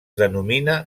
denomina